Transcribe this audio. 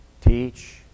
teach